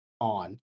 on